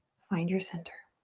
find your center.